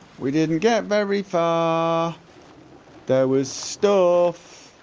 we didn't get very faaar there was stufff